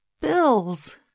bills